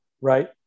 right